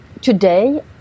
Today